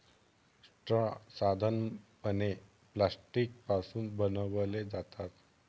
straw साधारणपणे plastic पासून बनवले जातात